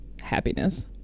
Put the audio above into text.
happiness